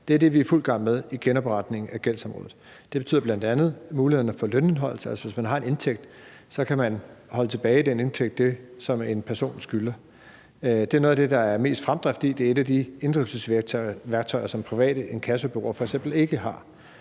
Det er det, vi er i fuld gang med i genopretningen af gældsområdet. Det medfører bl.a. mulighed for lønindeholdelse. Altså, hvis personen har en indtægt, kan man i den indtægt holde det tilbage, som den pågældende skylder. Det er noget af det, der er mest fremdrift i. Det er et af de inddrivelsesværktøjer, som private inkassobureauer f.eks. ikke har.